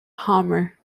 homer